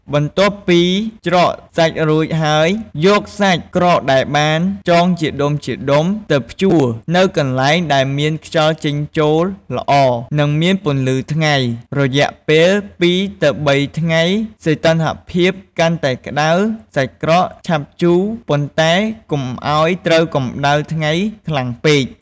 បន្ទាប់ពីច្រកសាច់រួចហើយ យកសាច់ក្រកដែលបានចងជាដុំៗ ទៅព្យួរនៅកន្លែងដែលមានខ្យល់ចេញចូលល្អ និងមានពន្លឺថ្ងៃ រយៈពេល ២ ទៅ ៣ ថ្ងៃ សីតុណ្ហភាពកាន់តែក្ដៅ សាច់ក្រកឆាប់ជូរ ប៉ុន្តែកុំឱ្យត្រូវកម្ដៅថ្ងៃខ្លាំងពេក។